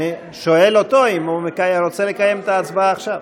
אני שואל אותו אם הוא רוצה לקיים את ההצבעה עכשיו.